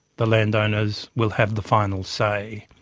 the land owners will have the final say.